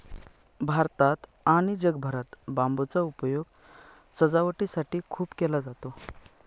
भारतात आणि जगभरात बांबूचा उपयोग सजावटीसाठी खूप केला जातो